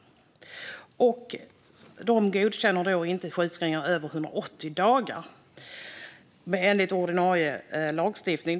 Försäkringskassan godkänner inte sjukskrivningar över 180 dagar enligt ordinarie lagstiftning.